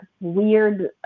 weird